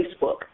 Facebook